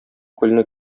күлне